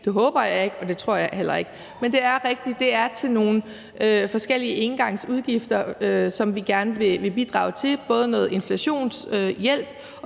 Det håber jeg ikke, og det tror jeg heller ikke. Men det er rigtigt, at det er nogle forskellige engangsudgifter, vi gerne vil bidrage til, både noget inflationshjælp